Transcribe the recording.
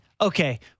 okay